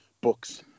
books